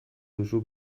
duzu